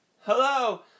Hello